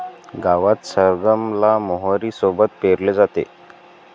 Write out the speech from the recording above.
गावात सरगम ला मोहरी सोबत पेरले जाते